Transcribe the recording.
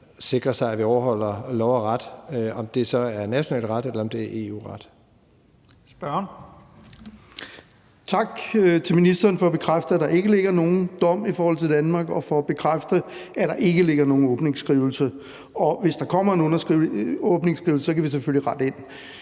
(Leif Lahn Jensen): Spørgeren. Kl. 15:44 Søren Søndergaard (EL): Tak til ministeren for at bekræfte, at der ikke ligger nogen dom i forhold til Danmark, og for at bekræfte, at der ikke ligger nogen åbningsskrivelse. Og hvis der kommer en åbningsskrivelse, kan vi selvfølgelig rette ind.